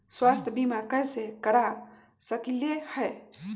स्वाथ्य बीमा कैसे करा सकीले है?